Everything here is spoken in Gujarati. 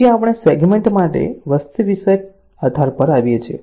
પછી આપણે સેગ્મેન્ટ માટે વસ્તી વિષયક આધાર પર આવીએ છીએ